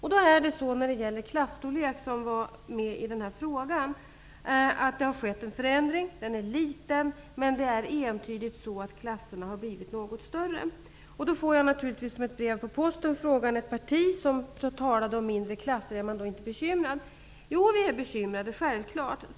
Angående klasstorlek -- som ingick i den här frågan -- har det skett en förändring. Förändringen är visserligen liten, men det är entydigt att klasserna har blivit något större. Som ett brev på posten får jag då frågan om jag -- som tillhör ett parti som talade om mindre klasser -- inte är bekymrad. Jo, vi är självfallet bekymrade.